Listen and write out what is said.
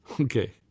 Okay